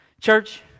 Church